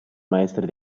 maestri